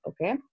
Okay